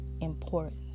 important